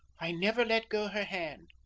i never let go her hand.